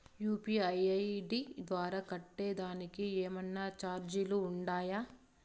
UPI ID ద్వారా కట్టేదానికి ఏమన్నా చార్జీలు ఉండాయా?